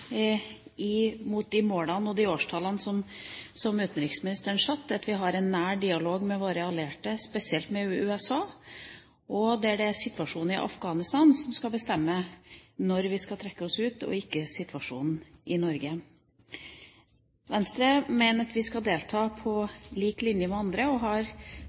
de målene, og de årstallene, som utenriksministeren satte – at vi har en nær dialog med våre allierte, spesielt med USA, og at det er situasjonen i Afghanistan som skal bestemme når vi skal trekke oss ut, ikke situasjonen i Norge. Venstre mener at vi skal delta på lik linje med andre og har,